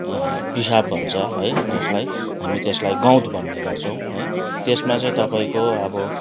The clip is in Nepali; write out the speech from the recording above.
पिसाब भन्छ है त्यसलाई हामी त्यसलाई गौत भन्ने गर्छौँ त्यसमा चाहिँ तपाईँको अब